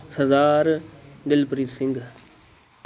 Sardar Dilpreet Singh